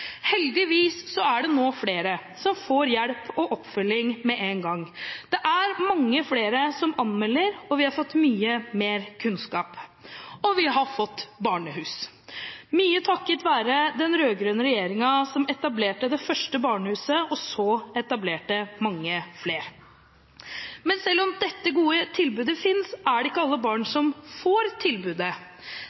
Heldigvis er det nå flere som får hjelp og oppfølging med en gang. Det er mange flere som anmelder, vi har fått mye mer kunnskap, og vi har fått barnehus – mye takket være den rød-grønne regjeringen, som etablerte det første barnehuset og siden etablerte mange flere. Selv om dette gode tilbudet finnes, er det ikke alle barn som får tilbudet.